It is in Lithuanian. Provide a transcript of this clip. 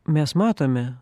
mes matome